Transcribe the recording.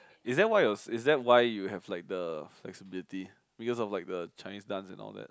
is that why yours is that why you have like the flexibility because of like the Chinese dance and all that